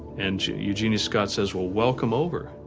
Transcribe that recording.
and yeah eugenie scott says, well, welcome over.